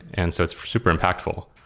and so it's super impactful